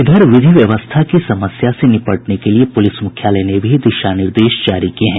इधर विधि व्यवस्था की समस्या से निपटने के लिए पुलिस मुख्यालय ने भी दिशा निर्देश जारी किये हैं